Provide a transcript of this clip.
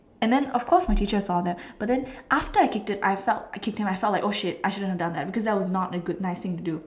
and then of course my teacher saw that but then after I kicked it I felt I kicked him I felt like oh shit I shouldn't have done that because that was not a good nice thing to do